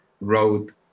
wrote